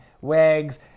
Wags